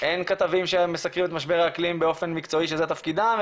אין כתבים שהם מסקרים את משבר האקלים באופן מקצועי שזה תפקידם,